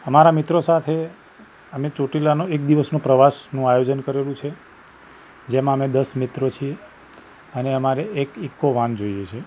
અમારા મિત્રો સાથે અમે ચોટીલાનો એક દિવસનું પ્રવાસનું આયોજન કરેલું છે જેમાં અમે દસ મિત્રો છીએ અને અમારે એક ઇક્કો વાન જોઈએ છીએ